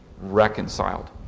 reconciled